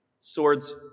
swords